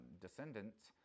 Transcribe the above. descendants